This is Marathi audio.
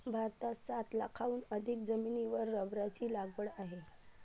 भारतात सात लाखांहून अधिक जमिनीवर रबराची लागवड आहे